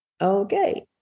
Okay